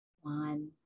One